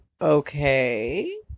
Okay